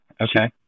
Okay